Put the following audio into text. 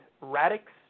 Radix